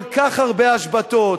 כל כך הרבה השבתות,